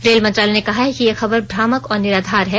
rail मंत्रालय ने कहा है कि ये खबर भ्रामक और निराधार है